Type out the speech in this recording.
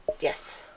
Yes